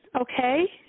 Okay